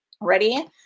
ready